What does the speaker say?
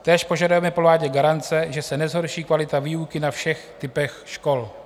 Též požadujeme po vládě garance, že se nezhorší kvalita výuky na všech typech škol.